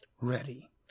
Ready